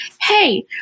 Hey